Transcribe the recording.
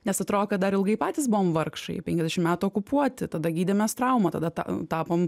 nes atrodo kad dar ilgai patys buvom vargšai penkiasdešim metų okupuoti tada gydėmės traumą tada tapome